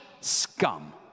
scum